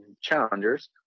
challengers